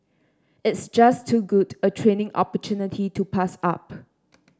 it's just too good a training opportunity to pass up